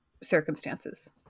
circumstances